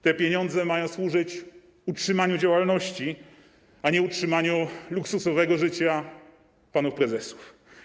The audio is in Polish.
Te pieniądze mają służyć utrzymaniu działalności, a nie utrzymaniu luksusowego życia panów prezesów.